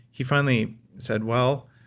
he finally said, well,